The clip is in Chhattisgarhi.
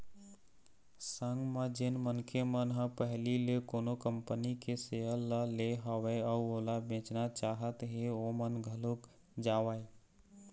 संग म जेन मनखे मन ह पहिली ले कोनो कंपनी के सेयर ल ले हवय अउ ओला बेचना चाहत हें ओमन घलोक जावँय